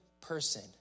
person